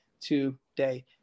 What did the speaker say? today